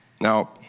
Now